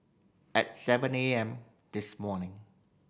at seven A M this morning